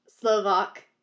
Slovak